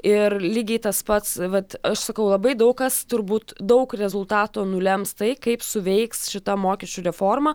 ir lygiai tas pats vat aš sakau labai daug kas turbūt daug rezultatų nulems tai kaip suveiks šita mokesčių reforma